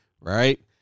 Right